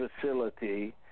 facility